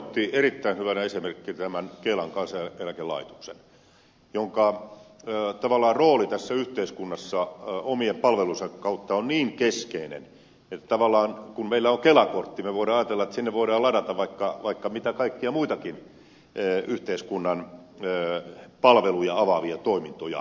korhonen otti erittäin hyvänä esimerkkinä kelan kansaneläkelaitoksen jonka rooli tavallaan tässä yhteiskunnassa omien palvelujensa kautta on niin keskeinen että kun meillä on kela kortti me voimme ajatella että sinne voidaan ladata vaikka mitä kaikkia muitakin yhteiskunnan palveluja avaavia toimintoja